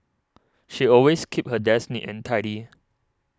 she always keeps her desk neat and tidy